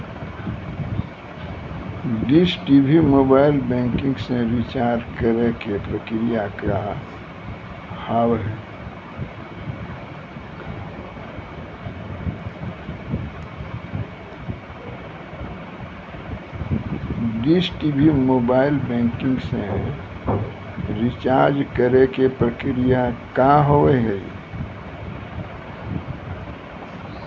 Dish TV mobile banking से recharge करे के प्रक्रिया का हाव हई?